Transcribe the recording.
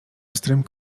pstrym